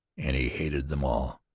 and he hated them all.